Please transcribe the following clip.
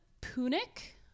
Punic